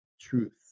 truth